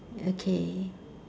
okay